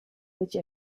which